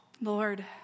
Lord